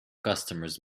customers